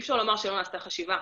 אי אפשר לומר שלא נעשתה חשיבה.